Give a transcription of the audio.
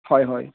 হয় হয়